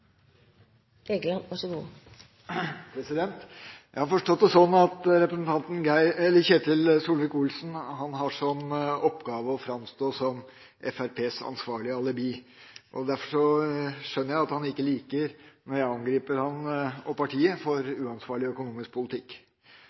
Ketil Solvik-Olsen har som oppgave å framstå som Fremskrittspartiets ansvarlige alibi. Derfor skjønner jeg at han ikke liker at jeg angriper ham og partiet for uansvarlig økonomisk politikk.